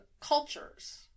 cultures